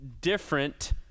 different